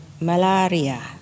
malaria